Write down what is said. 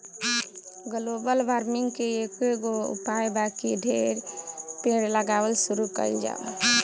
global warming के एकेगो उपाय बा की ढेरे पेड़ लगावल शुरू कइल जाव